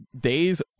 Days